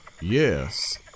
Yes